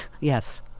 Yes